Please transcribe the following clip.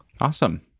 Awesome